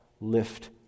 Lift